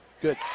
Good